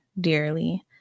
dearly